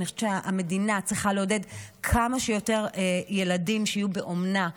אני חושבת שהמדינה צריכה לעודד כמה שיותר ילדים שיהיו באומנה,